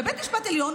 בבית המשפט העליון,